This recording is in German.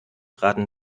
raten